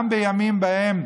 גם בימים שבהם